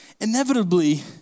inevitably